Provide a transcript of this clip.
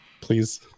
please